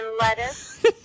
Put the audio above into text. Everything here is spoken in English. lettuce